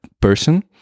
person